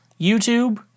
YouTube